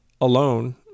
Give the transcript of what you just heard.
alone